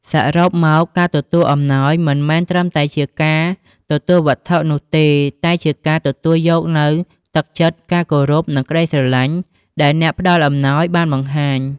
សរុបមក ការទទួលអំណោយមិនមែនត្រឹមតែជាការទទួលវត្ថុនោះទេ តែជាការទទួលយកនូវ ទឹកចិត្ត ការគោរព និងក្តីស្រឡាញ់ ដែលអ្នកផ្តល់អំណោយបានបង្ហាញ។